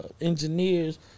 engineers